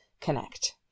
connect